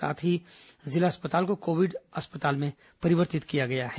साथ ही जिला अस्पताल को कोविड अस्पताल में परिवर्तित किया गया है